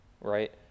right